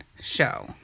Show